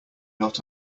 not